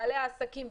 בעלי העסקים,